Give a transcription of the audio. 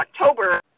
October